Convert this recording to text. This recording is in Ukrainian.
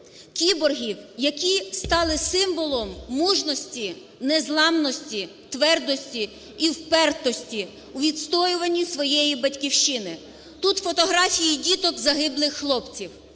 кіборгів, які стали символом мужності, незламності, твердості і впертості у відстоюванні своєї Батьківщини, тут фотографії діток загиблих